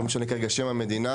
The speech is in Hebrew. לא משנה כרגע שם המדינה.